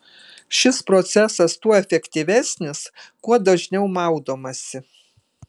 šis procesas tuo efektyvesnis kuo dažniau maudomasi